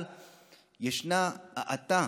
אבל ישנה האטה,